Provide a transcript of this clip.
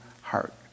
heart